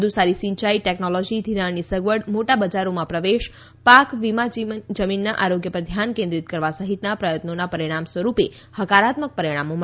વધુ સારી સિંચાઈ ટેકનોલોજી ધિરાણની સગવડ મોટા બજારોમાં પ્રવેશ પાક વીમા જમીનના આરોગ્ય પર ધ્યાન કેન્દ્રિત કરવા સહિતના પ્રયત્નોના પરિણામ સ્વરૂપે હકારાત્મક પરિણામો મળ્યા છે